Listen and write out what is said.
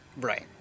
Right